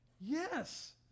yes